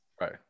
Right